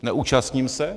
Neúčastním se?